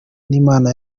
n’imana